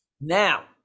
Now